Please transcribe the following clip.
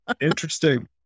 Interesting